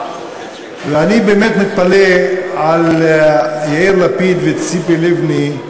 ואני באמת מתפלא על יאיר לפיד וציפי לבני,